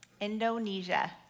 Indonesia